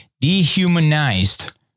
dehumanized